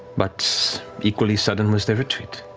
but equally sudden was their retreat.